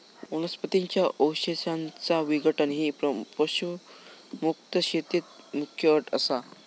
वनस्पतीं च्या अवशेषांचा विघटन ही पशुमुक्त शेतीत मुख्य अट असा